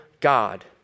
God